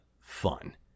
fun